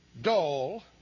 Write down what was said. dull